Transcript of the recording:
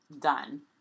done